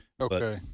Okay